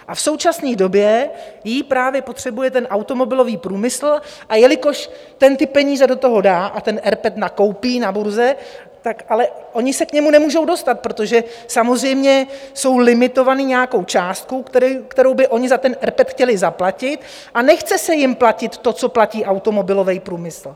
V současné době ji právě potřebuje automobilový průmysl, a jelikož ten ty peníze do toho dá a rPET nakoupí na burze, tak ale oni se k němu nemůžou dostat, protože samozřejmě jsou limitovaní nějakou částkou, kterou by oni za ten rPET chtěli zaplatit, a nechce se jim platit to, co platí automobilový průmysl.